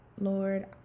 Lord